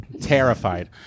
Terrified